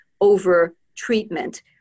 over-treatment